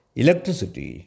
electricity